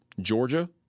Georgia